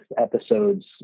episode's